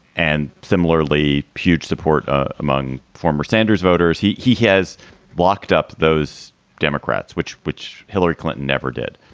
and similarly, huge support ah among former sanders voters. he he has walked up those democrats, which which hillary clinton never did.